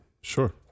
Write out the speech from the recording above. Sure